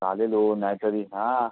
चालेल ओ नाही तरी हां